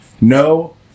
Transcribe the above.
No